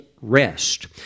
rest